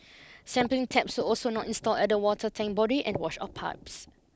sampling taps also not installed at the water tank body and washout pipes